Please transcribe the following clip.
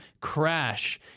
crash